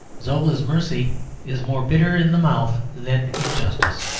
zola's mercy is more bitter in the mouth than injustice.